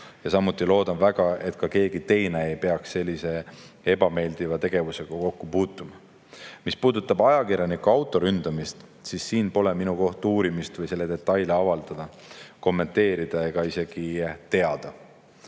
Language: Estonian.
Samuti loodan väga, et ka keegi teine ei peaks sellise ebameeldiva tegevusega kokku puutuma. Mis puudutab ajakirjaniku auto ründamist, siis siin pole koht, kus ma saaks uurimise detaile avaldada ega kommenteerida. Ma isegi ei